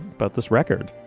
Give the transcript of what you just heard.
but this record